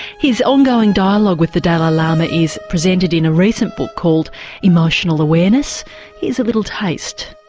his ongoing dialogue with the dalai lama is presented in a recent book called emotional awareness here's a little taste.